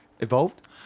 evolved